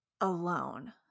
alone